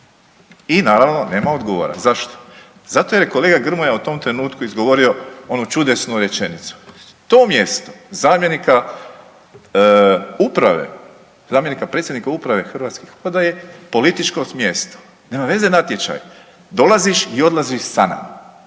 I naravno nema odgovora. Zašto? Zato jer je kolega Grmoja u tom trenutku izgovorio onu čudesnu rečenicu. To mjesto zamjenika uprave, zamjenika predsjednika uprave Hrvatskih voda je političko mjesto. Nema veze natječaj, dolaziš i odlaziš sa nama.